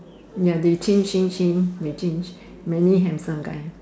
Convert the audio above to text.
ya they change change change they change many handsome guys